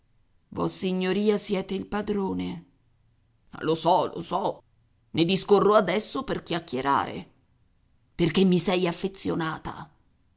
pure vossignoria siete il padrone lo so lo so ne discorro adesso per chiacchierare perché mi sei affezionata